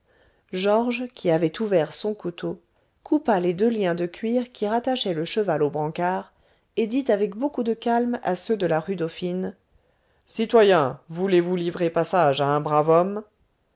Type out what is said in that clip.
georges qui avait ouvert son couteau coupa les deux liens de cuir qui rattachaient le cheval aux brancards et dit avec beaucoup de calme à ceux de la rue dauphine citoyens voulez-vous livrer passage à un brave homme